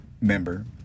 Member